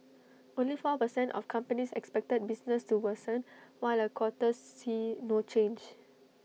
only four per cent of companies expected business to worsen while A quarter see no change